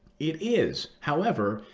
it is. however,